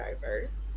diverse